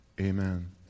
Amen